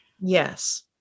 Yes